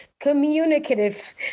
Communicative